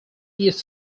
east